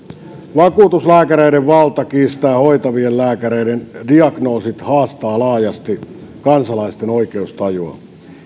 vakuutuslääkäreiden valta kiistää hoitavien lääkäreiden diagnoosit haastaa laajasti kansalaisten oikeustajua